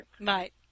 Right